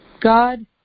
God